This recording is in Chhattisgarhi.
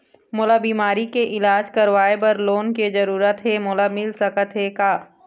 मोला बीमारी के इलाज करवाए बर लोन के जरूरत हे मोला मिल सकत हे का?